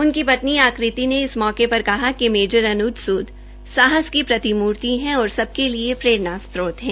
उनकी पत्नी आकृति ने इस मौके पर कहा कि मेजर अन्ज सूद साहस की प्रतिमूर्ति है और सबके लिए प्ररेणा स्त्रोत है